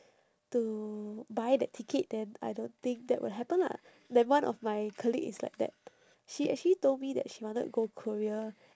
to buy that ticket then I don't think that will happen lah then one of my colleague is like that she actually told me that she wanted to go korea